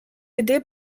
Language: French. aidé